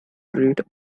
breed